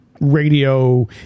radio